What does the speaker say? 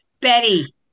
Betty